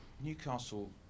Newcastle